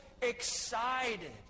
excited